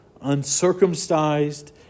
Uncircumcised